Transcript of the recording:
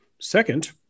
Second